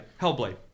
Hellblade